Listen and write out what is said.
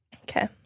Okay